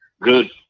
good